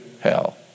hell